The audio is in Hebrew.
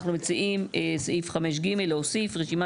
אנחנו מציעים בסעיף (5)(ג) להוסיף "רשימת